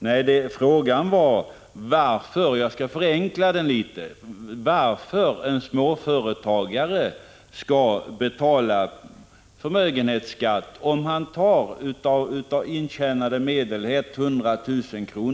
Nej, frågan — jag skall förenkla den litet — var: Varför skall en småföretagare betala förmögenhetsskatt, om han av intjänade medel tar 100 000 kr.